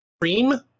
cream